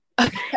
Okay